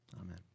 Amen